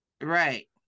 right